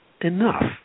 enough